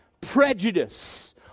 prejudice